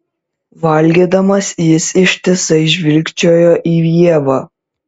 valgydamas jis ištisai žvilgčiojo į ievą